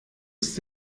ist